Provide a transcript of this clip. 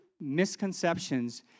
misconceptions